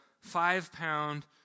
five-pound